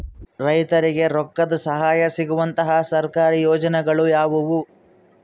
ರೈತರಿಗೆ ರೊಕ್ಕದ ಸಹಾಯ ಸಿಗುವಂತಹ ಸರ್ಕಾರಿ ಯೋಜನೆಗಳು ಯಾವುವು?